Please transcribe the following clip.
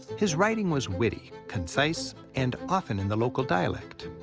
his writing was witty, concise, and often in the local dialect.